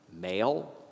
male